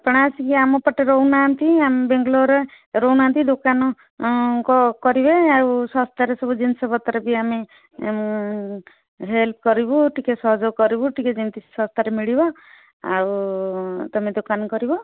ଆପଣ ଆସିକି ଆମ ପଟେ ରହୁନାହାନ୍ତି ଆମେ ବେଙ୍ଗଲୋରରେ ରହୁନାହାନ୍ତି ଦୋକାନ କରିବେ ଆଉ ଶସ୍ତାରେ ସବୁ ଜିନିଷପତ୍ର ବି ଆମେ ହେଲ୍ପ କରିବୁ ଟିକେ ସହଯୋଗ କରିବୁ ଟିକେ ଯେମିତି ଶସ୍ତାରେ ମିଳିବ ଆଉ ତୁମେ ଦୋକାନ କରିବ